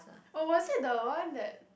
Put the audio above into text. oh was it the one that